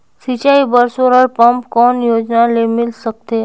सिंचाई बर solar pump कौन योजना ले मिल सकथे?